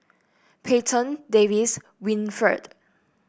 Payton Davis Winnifred